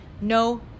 No